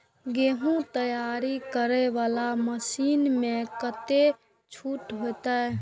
गेहूं तैयारी करे वाला मशीन में कतेक छूट होते?